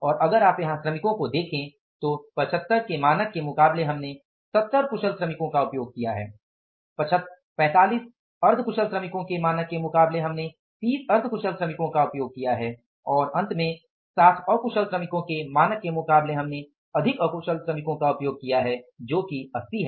और अगर आप यहां श्रमिकों को देखे तो 75 के मानक के मुकाबले हमने 70 कुशल श्रमिकों का उपयोग किया है 45 अर्ध कुशल श्रमिकों के मानक के मुकाबले हमने 30 अर्ध कुशल श्रमिकों का उपयोग किया है और 60 अकुशल श्रमिकों के मानक के मुकाबले हमने अधिक अकुशल श्रमिकों का उपयोग किया है जो 80 है